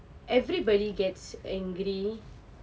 everybody gets angry